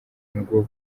ngo